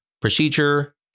procedure